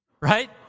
right